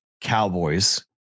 Cowboys